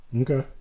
Okay